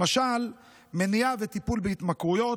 למשל מניעה וטיפול בהתמכרויות,